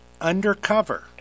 undercover